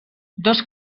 dos